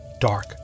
Dark